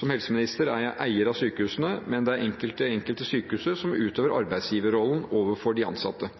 Som helseminister er jeg eier av sykehusene, men det er det enkelte sykehus som utøver arbeidsgiverrollen overfor de ansatte.